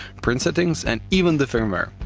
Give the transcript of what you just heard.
print settings, and even the firmware.